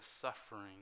suffering